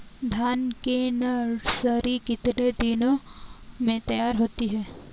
धान की नर्सरी कितने दिनों में तैयार होती है?